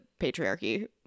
patriarchy